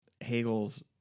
Hegel's